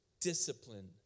discipline